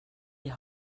die